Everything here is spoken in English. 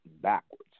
backwards